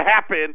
happen